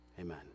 Amen